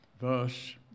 verse